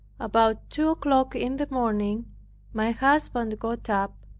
about two o'clock in the morning my husband got up,